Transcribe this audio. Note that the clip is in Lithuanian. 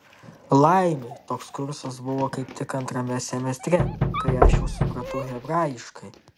laimei toks kursas buvo kaip tik antrame semestre kai aš jau supratau hebrajiškai